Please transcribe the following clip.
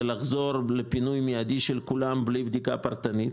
ולחזור לפינוי מידי של כולם בלי בדיקה פרטנית.